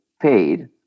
paid